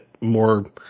more